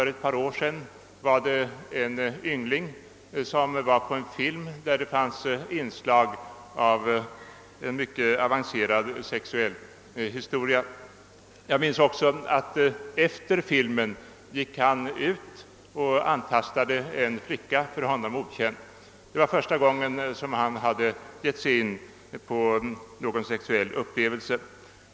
Jag erinrar mig ett fall då en yngling för ett par år sedan efter att ha sett en film med inslag av mycket avancerad sexualitet gick ut och antastade en för honom okänd flicka. Det var första gången som han hade gett sig in på någonting sexuellt.